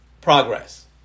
progress